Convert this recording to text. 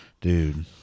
dude